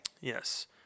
Yes